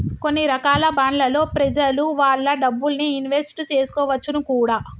కొన్ని రకాల బాండ్లలో ప్రెజలు వాళ్ళ డబ్బుల్ని ఇన్వెస్ట్ చేసుకోవచ్చును కూడా